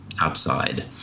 outside